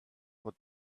what